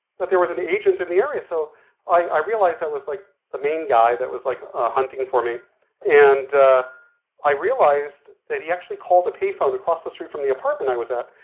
that there was an agent in the area, so i, realized it was like the main guy that was like hunting for me and i realized that he actually called a pay phone across the street from the apartment i was at.